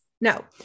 No